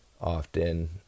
often